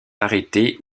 arrêtés